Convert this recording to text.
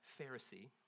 Pharisee